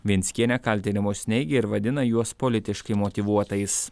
venckienė kaltinimus neigia ir vadina juos politiškai motyvuotais